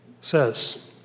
says